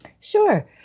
Sure